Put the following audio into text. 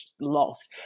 lost